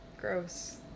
gross